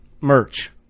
merch